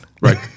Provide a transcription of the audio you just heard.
Right